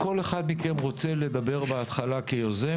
אם כל אחד מכם רוצה לדבר בהתחלה כיוזם,